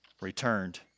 returned